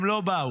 הם לא באו.